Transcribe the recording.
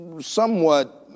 somewhat